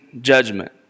judgment